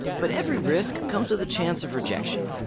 but every risk comes with a chance of rejection,